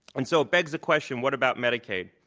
and so, it begs the question, what about medicaid?